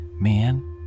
man